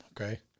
Okay